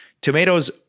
Tomatoes